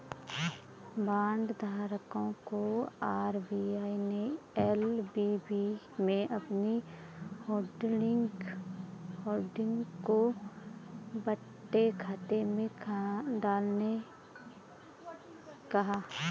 bond धारकों को RBI ने एल.वी.बी में अपनी होल्डिंग को बट्टे खाते में डालने कहा